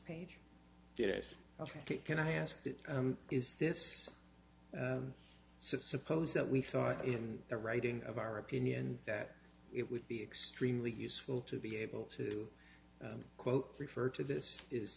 page yes ok can i ask is this as to suppose that we thought in the writing of our opinion that it would be extremely useful to be able to quote refer to this is